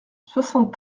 soixante